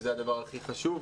שזה הדבר הכי חשוב.